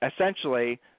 essentially